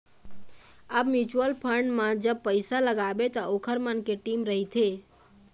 अब mutual fund म जब पइसा लगाबे त ओखर मन के टीम रहिथे